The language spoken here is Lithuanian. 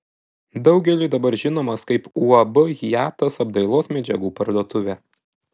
daugeliui dabar žinomas kaip uab hiatas apdailos medžiagų parduotuvė